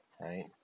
right